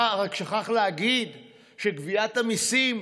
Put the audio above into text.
רק שכח להגיד שגביית המיסים,